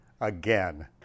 again